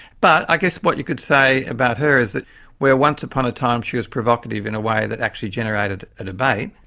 but i guess what you could say about her is that where once upon a time she was provocative in a way that actually generated a debate,